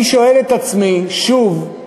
אני שואל את עצמי שוב,